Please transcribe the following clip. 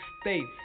States